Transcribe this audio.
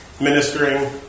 ministering